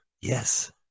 Yes